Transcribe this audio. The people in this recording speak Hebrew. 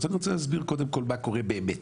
אני רוצה להסביר קודם כל מה קורה באמת.